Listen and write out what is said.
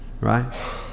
right